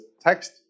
text